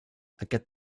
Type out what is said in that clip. aquest